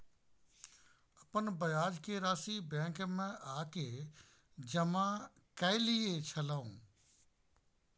अपन ब्याज के राशि बैंक में आ के जमा कैलियै छलौं?